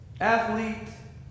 athlete